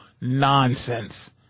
nonsense